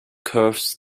curves